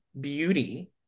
beauty